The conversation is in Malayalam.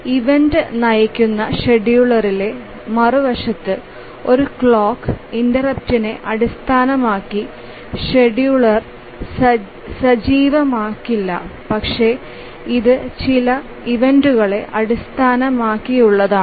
ഇവന്റ് നയിക്കുന്ന ഷെഡ്യൂളറിലെ മറുവശത്ത് ഒരു ക്ലോക്ക് ഇന്ററപ്റ്റിനെ അടിസ്ഥാനമാക്കി ഷെഡ്യൂളർ സജീവമാകില്ല പക്ഷേ ഇത് ചില ഇവന്റുകളെ അടിസ്ഥാനമാക്കിയുള്ളതാണ്